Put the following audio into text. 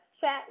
Chat